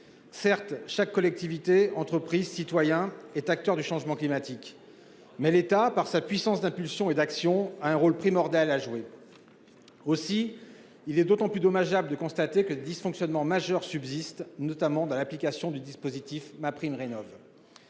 Certes, chaque collectivité, entreprise, citoyen, est acteur du changement climatique, mais l'État, par sa puissance d'impulsion et d'action, a un rôle primordial à jouer. Aussi, il est d'autant plus dommageable de constater que des dysfonctionnements majeurs subsistent, notamment dans l'application du dispositif MaPrimeRénov'.